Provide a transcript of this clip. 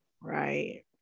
right